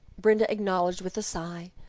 brenda acknowledged with a sigh,